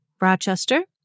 Rochester